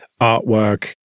artwork